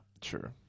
True